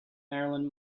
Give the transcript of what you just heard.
marilyn